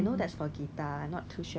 although at very cheap price